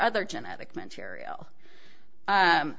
other genetic material